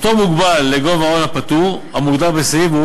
הפטור מוגבל עד לגובה ההון הפטור המוגדר בסעיף,